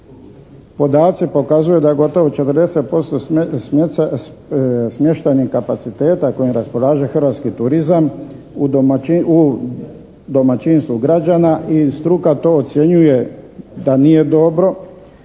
Podaci pokazuju da je gotovo 40% smještajnih kapaciteta kojima raspolaže hrvatski turizam u domaćinstvu građana i struka to ocjenjuje da nije dobro